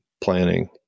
planning